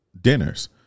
Dinners